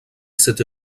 cette